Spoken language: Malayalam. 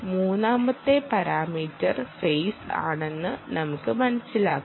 മൂന്നാമത്തെ പാരാമീറ്റർ ഫേസ് ആണെന്ന് നമുക്ക് മനസ്സിലാവും